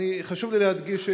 חשוב לי להדגיש,